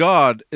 God